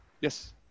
yes